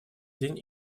день